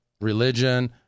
Religion